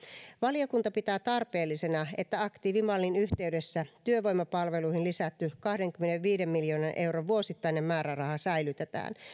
valiokunta pitää tarpeellisena että aktiivimallin yhteydessä työvoimapalveluihin lisätty kahdenkymmenenviiden miljoonan euron vuosittainen määräraha säilytetään